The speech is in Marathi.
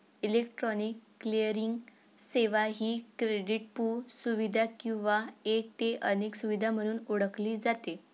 इलेक्ट्रॉनिक क्लिअरिंग सेवा ही क्रेडिटपू सुविधा किंवा एक ते अनेक सुविधा म्हणून ओळखली जाते